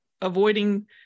avoiding